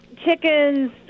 Chickens